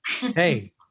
hey